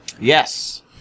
Yes